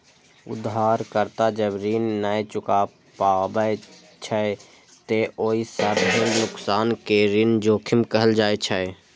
उधारकर्ता जब ऋण नै चुका पाबै छै, ते ओइ सं भेल नुकसान कें ऋण जोखिम कहल जाइ छै